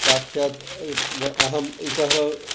साक्षात् व अहम् इतः